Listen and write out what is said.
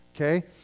okay